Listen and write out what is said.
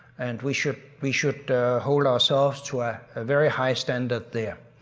and we should we should hold ourselves to a ah very high standard there.